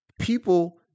People